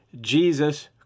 Jesus